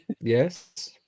yes